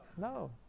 No